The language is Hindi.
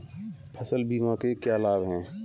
फसल बीमा के क्या लाभ हैं?